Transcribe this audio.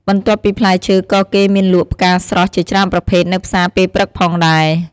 បន្ទាប់ពីផ្លែឈើ ក៏គេមានលក់ផ្កាស្រស់ជាច្រើនប្រភេទនៅផ្សារពេលព្រឹកផងដែរ។